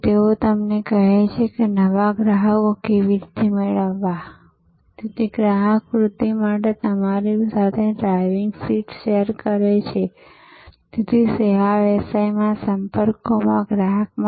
તેઓ માહિતી ટેક્નોલોજી સંચાર ટેક્નોલોજી સામાજિક નેટવર્ક્સ સામાજિક મીડિયાનો ઉપયોગ કરે છે અને તેઓ સ્માર્ટ ફોન એપ્સનો ઉપયોગ કરે છે અને તેઓ એગ્રીગેટર તેમજ વિતરણ તરીકે કામ કરે છે